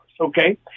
okay